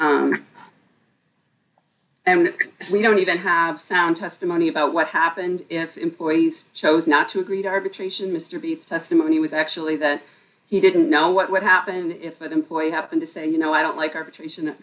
d and we don't even have sound testimony about what happened if employees chose not to agree to arbitration mr b testimony was actually that he didn't know what would happen if an employee happened to say you know i don't like arbitration